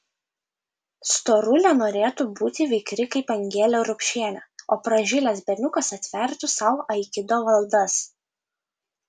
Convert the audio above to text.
storulė norėtų būti vikri kaip angelė rupšienė o pražilęs berniukas atvertų sau aikido valdas